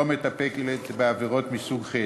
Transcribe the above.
לא מטפלת בעבירות מסוג חטא.